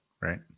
Right